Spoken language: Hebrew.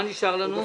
מה נשאר לנו?